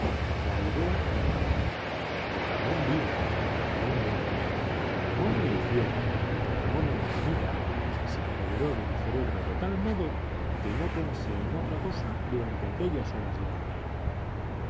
la idea de ramón de ramón vivo de ramón muerto de ramón en el cielo de ramón en la ermita se apoderó de mi cerebro de tal modo que no pensé en otra cosa durante aquellas horas de agonía